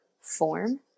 form